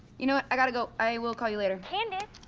you know what? i gotta go. i will call you later. candace